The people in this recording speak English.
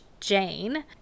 Jane